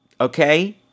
okay